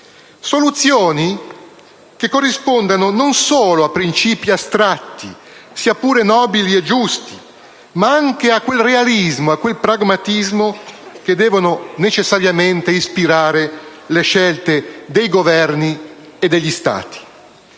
soluzioni che corrispondano non solo a principi astratti, sia pure nobili e giusti, ma anche a quel realismo e a quel pragmatismo che devono necessariamente ispirare le scelte dei Governi e degli Stati.